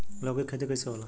लौकी के खेती कइसे होला?